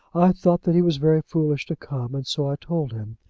i thought that he was very foolish to come, and so i told him.